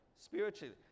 spiritually